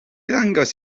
ddangos